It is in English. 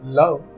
love